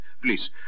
Please